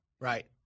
Right